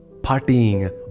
partying